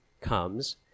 comes